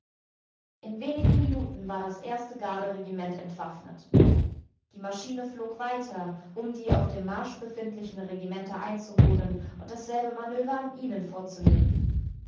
in wenigen minuten war das erste garderegiment entwaffnet die maschine flog weiter um die auf dem marsch befindlichen regimenter einzuholen und dasselbe manöver an ihnen vorzunehmen